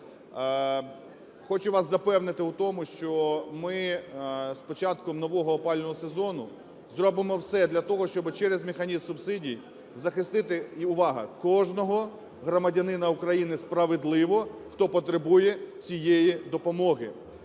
Хочу вас запевнити у тому, що ми з початку нового опалювального сезону зробимо все для того, щоб через механізм субсидій захистити, і увага, кожного громадянина України справедливо, хто потребує цієї допомоги.